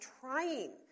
trying